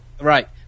Right